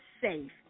safe